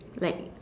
like